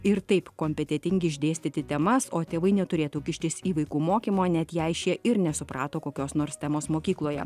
ir taip kompetentingi išdėstyti temas o tėvai neturėtų kištis į vaikų mokymo net jei šie ir nesuprato kokios nors temos mokykloje